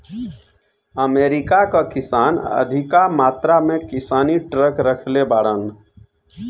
America कअ किसान अधिका मात्रा में किसानी ट्रक रखले बाड़न